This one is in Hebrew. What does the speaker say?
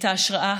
את ההשראה,